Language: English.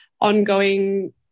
ongoing